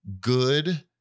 good